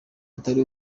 atari